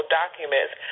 documents